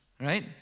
right